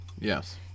Yes